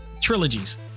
trilogies